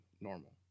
normal